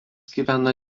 gyvena